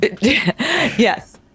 yes